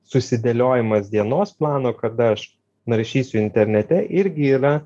susidėliojimas dienos plano kada aš naršysiu internete irgi yra